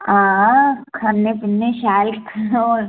हां खन्ने पीने शैल होर